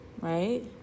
Right